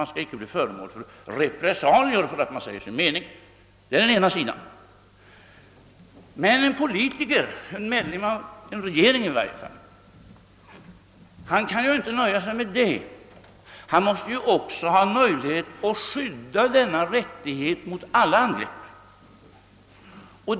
Man skall inte bli utsatt för repressalier för att man säger sin mening. Det är den ena sidan av saken. Men en politiker — i varje fall en medlem av regeringen — kan inte nöja sig med det. Han måste också kräva möjligheter att skydda denna rättighet mot alla angrepp.